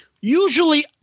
Usually